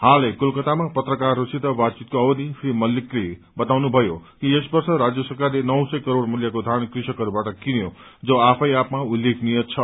हालै कोलकत्तामा पत्रकारहरूसित बातावितको अवधि श्री मल्लिकले बताउनुभयो कि यस वर्ष राज्य सरकारले नौ सय करोड़ मूल्यको धान कृषकहरूबाट किन्यो जो आफै आफमा उललेखनीय छ